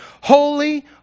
holy